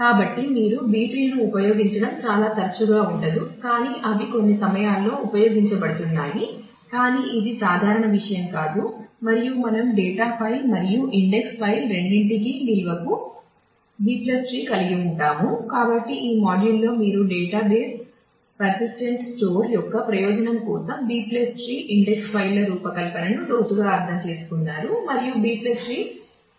కాబట్టి మీరు B ట్రీను ఉపయోగించడం చాలా తరచుగా ఉండదు కానీ అవి కొన్ని సమయాల్లో ఉపయోగించబడుతున్నాయి కానీ ఇది సాధారణ విషయం కాదు మరియు మనము డేటా ఫైల్ జరుగుతాయి